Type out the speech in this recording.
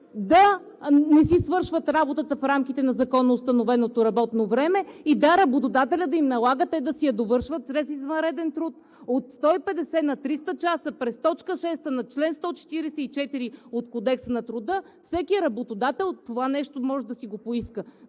да не си свършват работата в рамките на законоустановеното работно време и – да, работодателят да им налага те да си я довършват чрез извънреден труд. От 150 на 300 часа през т. 6 на чл. 144 от Кодекса на труда всеки работодател може да поиска